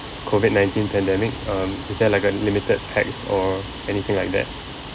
COVID nineteen pandemic um is there like a limited pax or anything like that